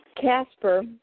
Casper